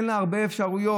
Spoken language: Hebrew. אין לה הרבה אפשרויות,